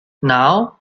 now